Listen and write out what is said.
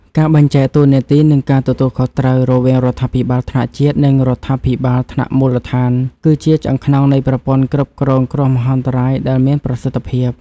ការបែងចែកតួនាទី និងការទទួលខុសត្រូវរវាងរដ្ឋាភិបាលថ្នាក់ជាតិ និងរដ្ឋាភិបាលថ្នាក់មូលដ្ឋាន គឺជាឆ្អឹងខ្នងនៃប្រព័ន្ធគ្រប់គ្រងគ្រោះមហន្តរាយដែលមានប្រសិទ្ធភាព។